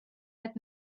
had